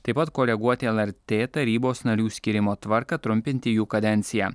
taip pat koreguoti lrt tarybos narių skyrimo tvarką trumpinti jų kadenciją